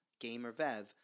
GamerVev